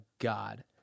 god